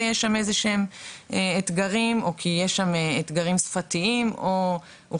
ויש שם אתגרים או יש שם אתגרי שפה או שיש